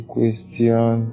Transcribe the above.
question